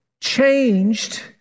changed